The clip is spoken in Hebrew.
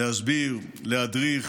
להסביר, להדריך